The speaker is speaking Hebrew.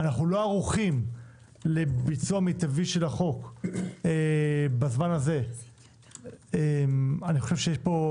שאנחנו לא ערוכים לביצוע מיטבי של החוק בזמן הזה אני חושב שיש פה